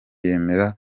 yemera